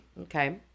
Okay